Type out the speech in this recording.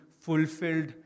fulfilled